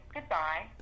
Goodbye